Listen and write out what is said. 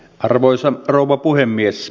arvoisa rouva puhemies